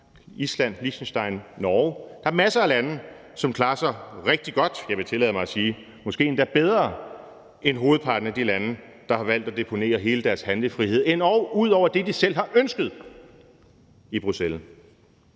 Island, Liechtenstein, Norge. Der er masser af lande, der klarer sig rigtig godt og, vil jeg tillade mig at sige, måske endda bedre end hovedparten af de lande, der har valgt at deponere hele deres handlefrihed – endog ud over det, de selv har ønsket – i Bruxelles.